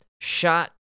shot